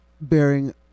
bearing